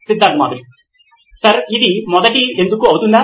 Siddharth Mathuri CEO నోయిన్ electronics sir ఇది మొదటి "ఎందుకు" అవుతుందా